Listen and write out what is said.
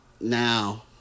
now